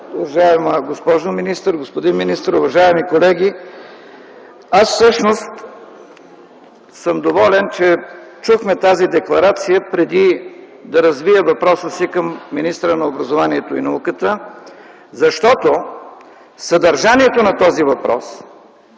Уважаема госпожо министър, господин министър, уважаеми колеги! Аз всъщност съм доволен, че чухме тази декларация преди да развия въпроса си към министъра на образованието, младежта и науката, защото съдържанието на този въпрос